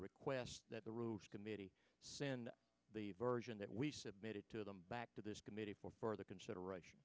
request that the rules committee send the version that we submitted to them back to this committee for further consideration